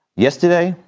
yesterday,